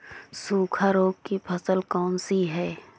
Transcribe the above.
सूखा रोग की फसल कौन सी है?